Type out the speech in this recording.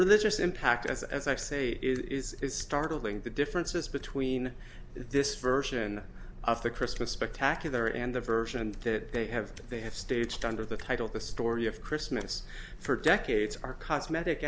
religious impact as as i say is startling the differences between this version of the christmas spectacular there and the version that they have they have staged under the title the story of christmas for decades are cosmetic